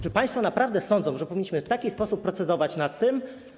Czy państwo naprawdę sądzą, że powinniśmy w taki sposób procedować nad tym?